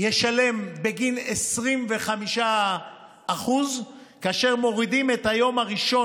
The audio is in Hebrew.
ישלם בגין 25% כאשר מורידים את היום הראשון,